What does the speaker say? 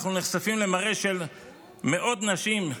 אנחנו נחשפים למראה של מאות נשים,